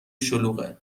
شلوغه